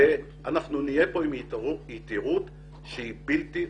ואנחנו נהיה כאן עם יתירות שהיא בלתי רציונלית.